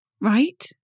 right